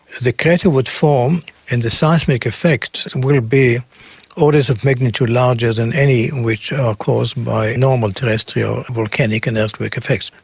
the crater would form and the seismic effect would be in orders of magnitude larger than any which are caused by normal terrestrial volcanic and earthquake effects,